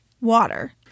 water